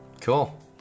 Cool